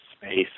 space